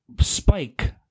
spike